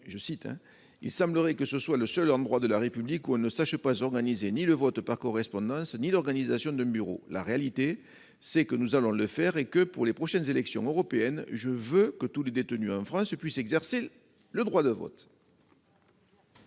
pas compris. Il semblerait que ce soit le seul endroit de la République où on ne sache pas organiser ni le vote par correspondance, ni l'organisation d'un bureau. La réalité, c'est que nous allons le faire et que, pour les prochaines élections européennes, je veux que tous les détenus en France puissent exercer le droit de vote ».